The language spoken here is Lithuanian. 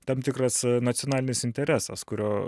tam tikras nacionalinis interesas kurio